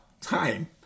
time